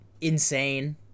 insane